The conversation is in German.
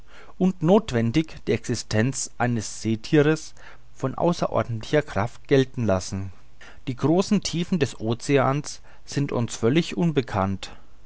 und nothwendig die existenz eines seethiers von außerordentlicher kraft gelten lassen die großen tiefen des oceans sind uns völlig unbekannt